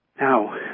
Now